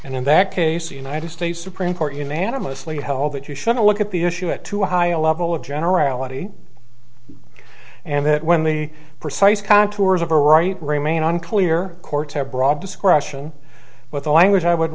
and in that case the united states supreme court unanimously held that you shouldn't look at the issue at too high a level of generality and that when the precise contours of a right remain unclear courts have broad discretion but the language i would